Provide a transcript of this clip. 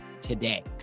today